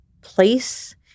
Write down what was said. place